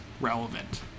relevant